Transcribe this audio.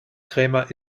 krämer